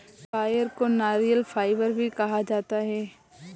coir को नारियल fibre भी कहा जाता है